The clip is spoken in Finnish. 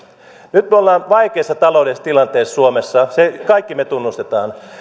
nyt me olemme vaikeassa taloudellisessa tilanteessa suomessa sen me kaikki tunnustamme